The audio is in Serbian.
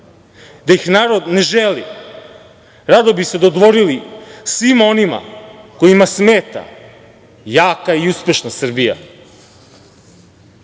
da ih narod ne želi, rado bi se dodvorili svima onima kojima smeta jaka i uspešna Srbija. Oni